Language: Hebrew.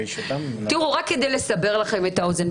רק כדי לסבר את האוזן,